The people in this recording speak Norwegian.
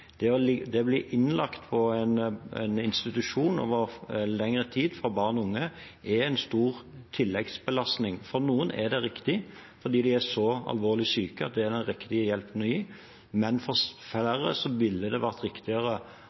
det en stor tilleggsbelastning å bli innlagt på en institusjon over lengre tid. For noen er det riktig, fordi de er så alvorlig syke at det er den riktige hjelpen å gi, men for flere ville det vært riktigere